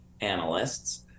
analysts